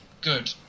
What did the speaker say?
good